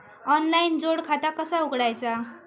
Online जोड खाता कसा उघडायचा?